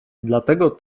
dlatego